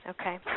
Okay